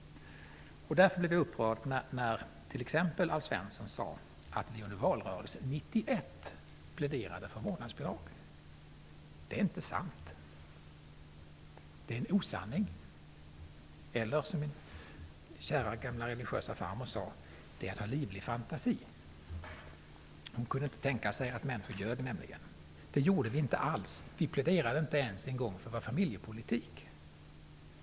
Därför blev jag upprörd när t.ex. Alf Svensson sade att vi under valrörelsen 1991 pläderade för vårdnadsbidrag. Det är inte sant. Det gjorde vi inte alls. Det är en osanning eller, som min kära gamla farmor sade, det är att ha livlig fantasi. Hon kunde nämligen inte tänka sig att människor ljög. Vi pläderade inte ens för vår familjepolitik.